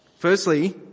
Firstly